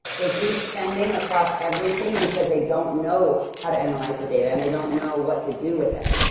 they keep spending across everything because they don't know how to analyze the data and they don't know what to do with it.